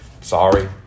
Sorry